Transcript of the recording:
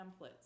templates